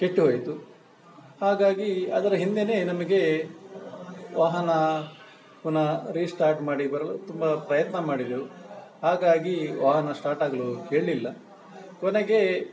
ಕೆಟ್ಟು ಹೋಯಿತು ಹಾಗಾಗಿ ಅದರ ಹಿಂದೆಯೇ ನಮಗೆ ವಾಹನ ಪುನಃ ರಿಸ್ಟಾರ್ಟ್ ಮಾಡಿ ಬರಲು ತುಂಬ ಪ್ರಯತ್ನ ಮಾಡಿದೆವು ಹಾಗಾಗಿ ವಾಹನ ಸ್ಟಾರ್ಟ್ ಆಗಲು ಕೇಳಲಿಲ್ಲ ಕೊನೆಗೆ